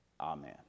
Amen